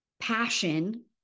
passion